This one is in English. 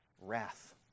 wrath